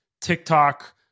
TikTok